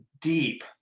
deep